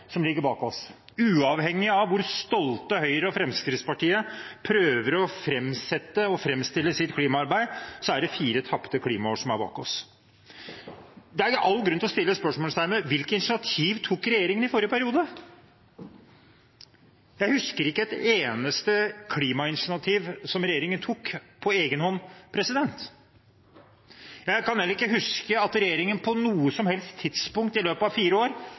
som ligger bak oss. Uavhengig av hvor stolt Høyre og Fremskrittspartiet prøver å framsette og framstille sitt klimaarbeid, er det fire tapte klimaår som er bak oss. Det er all grunn til å sette spørsmålstegn ved hvilke initiativ regjeringen tok i forrige periode. Jeg husker ikke et eneste klimainitiativ som regjeringen tok på egen hånd. Jeg kan heller ikke huske at regjeringen på noe som helst tidspunkt i løpet av fire år